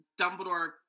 dumbledore